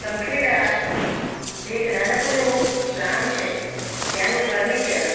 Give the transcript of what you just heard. સંખેડા જે એક નાનકડું એવું ગામ છે ત્યાંનું ફર્નિચર